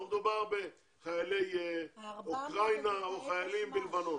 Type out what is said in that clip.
לא מדובר בחיילי אוקראינה או חיילים בלבנון,